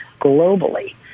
globally